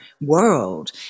world